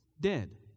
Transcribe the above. dead